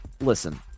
Listen